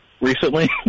recently